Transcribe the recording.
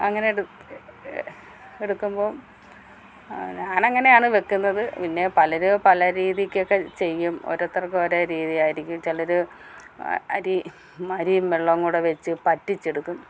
അങ്ങനെട് എടുക്കുമ്പോൾ ഞാനങ്ങനെയാണ് വെക്കുന്നത് പിന്നെ പലര് പല രീതിക്കക്കെ ചെയ്യും ഓരോത്തര്ക്ക് ഓരോ രീതിയായിരിക്കും ചിലർ അരി മരീം വെള്ളോം കൂടെ വെച്ച് പറ്റിച്ചെടുക്കും